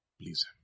please